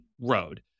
road